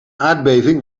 aardbeving